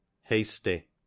hasty